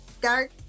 dark